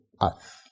earth